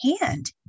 hand